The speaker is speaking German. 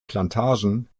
plantagen